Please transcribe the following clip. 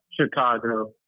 Chicago